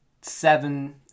seven